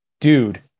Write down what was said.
dude